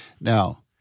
Now